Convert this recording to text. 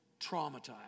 traumatized